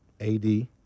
AD